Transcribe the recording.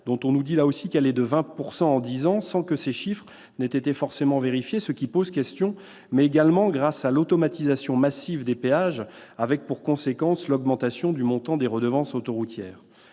dont on nous dit qu'elle est de 20 % en dix ans sans que ces chiffres aient été vérifiés, ce qui pose question, mais également grâce à l'automatisation massive des péages, avec pour conséquence l'augmentation du montant des redevances autoroutières.